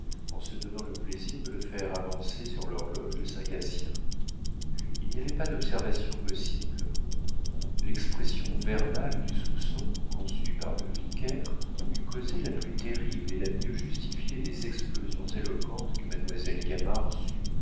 en se donnant le plaisir de le faire avancer sur l'horloge de saint gatien il n'y avait pas d'observation possible l'expression verbale du soupçon conçu par le vicaire eût causé la plus terrible et la mieux justifiée des explosions éloquentes que mademoiselle